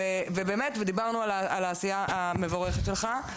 דיברנו על העשייה המבורכת שלך.